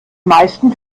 meisten